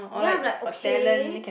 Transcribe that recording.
then I'm like okay